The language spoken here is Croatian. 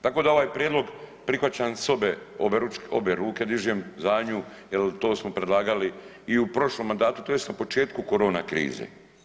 Tako da ovaj prijedlog prihvaćam s obe, obe ruke dižem za nju jer to smo predlagali i u prošlom mandatu tj. na početku korona krize.